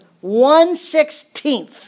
one-sixteenth